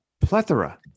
plethora